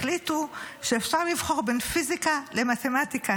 החליטו שאפשר לבחור בין פיזיקה למתמטיקה.